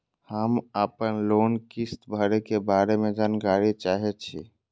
हम आपन लोन किस्त भरै के बारे में जानकारी चाहै छी?